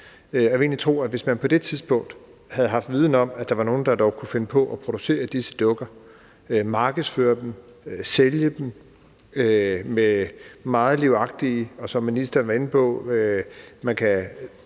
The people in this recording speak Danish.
og hvis man på det tidspunkt havde haft en viden om, at der var nogle, der kunne finde på at producere disse dukker, markedsføre dem, sælge dem – og de er meget livagtige; som ministeren var inde på,